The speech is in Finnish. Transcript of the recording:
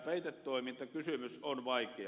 peitetoimintakysymys on vaikea